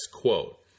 quote